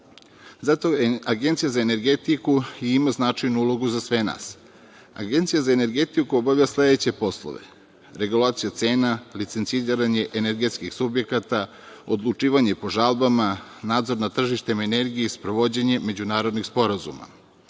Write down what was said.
Agencija za energetiku ima značajnu ulogu za sve nas. Agencija za energetiku obavlja sledeće poslove: regulacija cena, licenciranje energetskih subjekata, odlučivanje po žalbama, nadzor nad tržištem energije i sprovođenje međunarodnih sporazuma. Iz